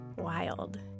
wild